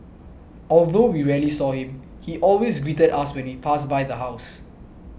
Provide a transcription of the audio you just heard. although we rarely saw him he always greeted us when we passed by the house